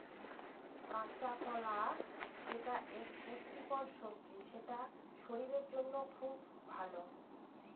কাঁচকলা যেটা এক পুষ্টিকর সবজি সেটা শরীরের জন্য খুব ভালো